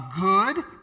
good